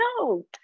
No